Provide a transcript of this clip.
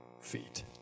feet